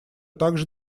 также